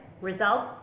results